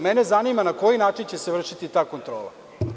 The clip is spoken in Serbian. Mene zanima na koji način će se vršiti ta kontrola?